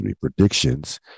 predictions